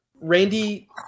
Randy –